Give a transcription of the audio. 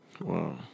Wow